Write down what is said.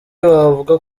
wavuga